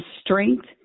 strength